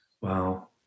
Wow